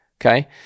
Okay